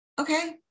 Okay